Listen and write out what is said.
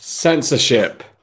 Censorship